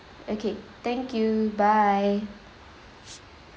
okay thank you bye